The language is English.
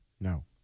No